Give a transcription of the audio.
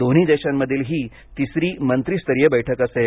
दोन्ही देशांमधील ही तिसरी मंत्री स्तरीय बैठक असेल